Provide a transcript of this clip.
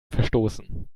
verstoßen